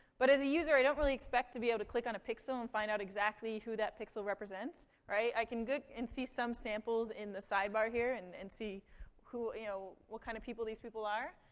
but as a user i don't really expect to be able to click on a pixel and find out exactly who that pixel represents. right? i can look and see some samples in the sidebar here, and and see who you know what kind of people these people are.